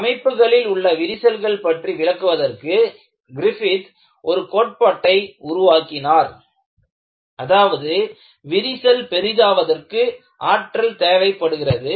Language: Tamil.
அமைப்புகளில் உள்ள விரிசல்கள் பற்றி விளக்குவதற்கு கிரிஃபித் ஒரு கோட்பாட்டை உருவாக்கினார் அதாவது விரிசல் பெரிதாவதற்கு ஆற்றல் தேவைப்படுகிறது